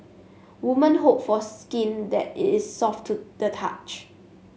woman hope for skin that it is soft to the touch